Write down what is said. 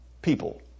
People